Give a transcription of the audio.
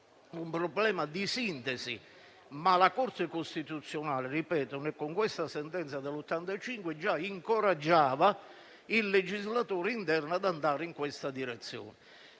un problema di sintesi, ma la Corte costituzionale, con la sentenza del 1985, già incoraggiava il legislatore interno ad andare in questa direzione.